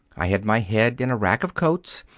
i had my head in a rack of coats,